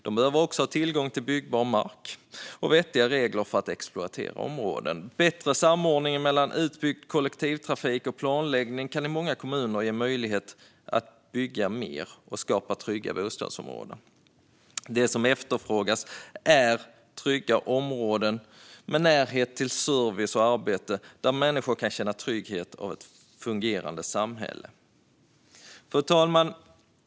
Det behövs också tillgång till byggbar mark och vettiga regler för att exploatera områden. Bättre samordning mellan utbyggd kollektivtrafik och planläggning kan i många kommuner ge möjlighet att bygga mer och skapa trygga bostadsområden. Det som efterfrågas är trygga områden med närhet till service och arbete, där människor kan känna tryggheten i ett fungerande samhälle. Fru talman!